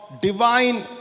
Divine